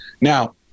now